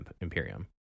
Imperium